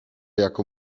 jako